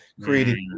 created